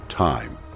Time